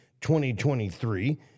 2023